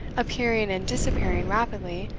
appearing and disappearing rapidly,